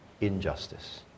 injustice